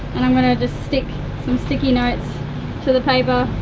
and i'm going to just stick some sticky notes to the paper,